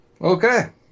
Okay